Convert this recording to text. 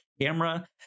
camera